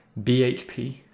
BHP